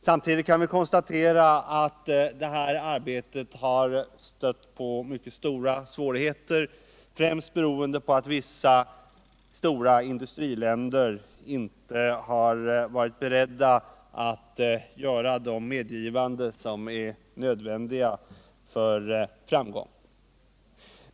Samtidigt kan vi konstatera att det arbetet har stött på avsevärda svårigheter, främst beroende på att vissa stora industriländer inte har varit beredda att göra de medgivanden som är nödvändiga för framgång.